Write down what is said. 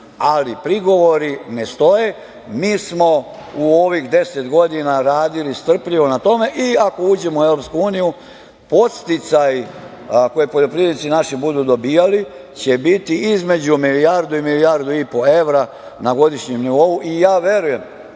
Ali prigovori ne stoje. Mi smo u ovih deset godina radili strpljivo na tome i ako uđemo u Evropsku uniju podsticaji koje poljoprivrednici naši budu dobijali će biti između milijardu i milijardu i po evra na godišnjem nivou. Verujem